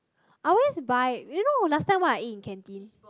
I always buy you know last time what I eat in canteen